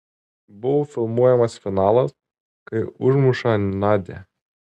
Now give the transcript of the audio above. buvo filmuojamas finalas kai užmuša nadią